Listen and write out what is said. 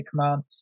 command